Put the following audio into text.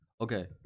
okay